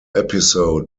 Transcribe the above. episode